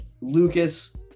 Lucas